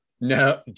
No